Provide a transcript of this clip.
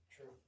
true